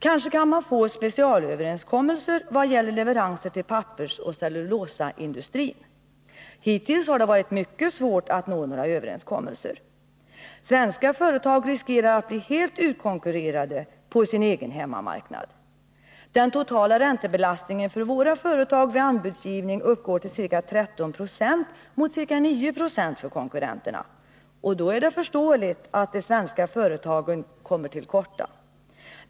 Kanske kan man få specialöverenskommelser vad gäller leveranser till pappersoch cellulosaindustrin? Hittills har det varit mycket svårt att nå några överenskommelser. Svenska företag riskerar att bli helt utkonkurrerade på sin egen hemmamarknad. Den totala räntebelastningen för våra företag vid anbudsgivning uppgår till ca 13 26 mot ca 9 96 för konkurrenterna. Då är det förståeligt att de svenska företagen kommer till korta.